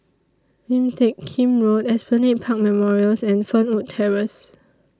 Lim Teck Kim Road Esplanade Park Memorials and Fernwood Terrace